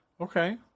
Okay